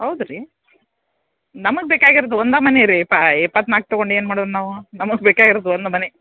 ಹೌದ್ರಿ ನಮಗೆ ಬೇಕಾಗಿರೋದು ಒಂದು ಮನೆ ರೀ ಪಾ ಇಪ್ಪತ್ನಾಲ್ಕು ತೊಗೊಂಡು ಏನು ಮಾಡೋಣ ನಾವು ನಮಗೆ ಬೇಕಾಗಿರೋದು ಒಂದು ಮನೆ